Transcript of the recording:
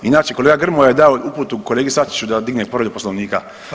Inače kolega Grmoja je dao uputu kolegi Sačiću da digne povredu Poslovnika.